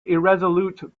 irresolute